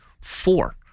four